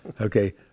okay